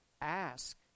ask